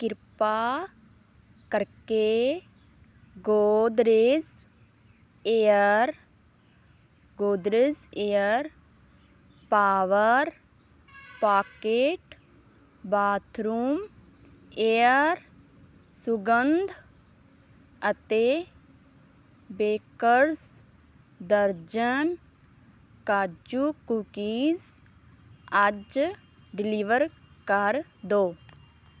ਕਿਰਪਾ ਕਰਕੇ Godrej air Godrej air power pocket bathroom air ਸੁਗੰਧ ਅਤੇ ਬੇਕਰਜ਼ ਦਰਜਨ ਕਾਜੂ ਕੂਕੀਜ਼ ਅੱਜ ਡਿਲੀਵਰ ਕਰ ਦੋ